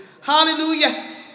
Hallelujah